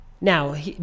Now